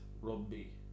rugby